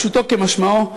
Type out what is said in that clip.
פשוטו כמשמעו,